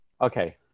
Okay